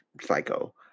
psycho